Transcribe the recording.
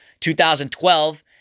2012